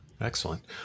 Excellent